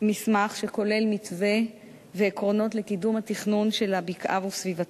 מסמך שכולל מתווה ועקרונות לקידום התכנון של הבקעה וסביבתה.